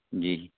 جی